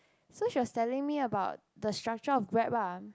so she was telling me about the structure of grab ah